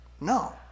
No